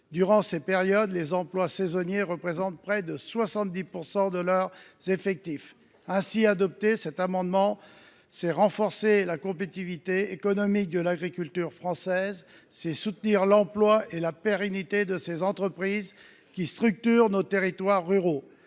Durant ces périodes, les emplois saisonniers représentent près de 70 % de leurs effectifs. Adopter cet amendement reviendrait à renforcer la compétitivité économique de l’agriculture française et à soutenir l’emploi et la pérennité de ces entreprises, qui structurent nos territoires ruraux.